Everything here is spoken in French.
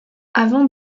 avant